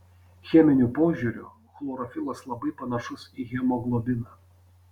cheminiu požiūriu chlorofilas labai panašus į hemoglobiną